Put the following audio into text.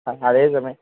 அதே சமயம்